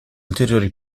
ulteriori